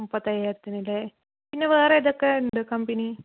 മുപ്പത്തയ്യായിരത്തിന് അല്ലേ പിന്നെ വേറെയേതൊക്കെയുണ്ട് കമ്പനി